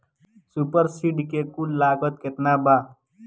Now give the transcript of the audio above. Super seeder के कुल लागत केतना बा?